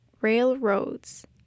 railroads